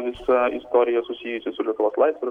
visa istorija susijusi su lietuvos laisve